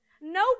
No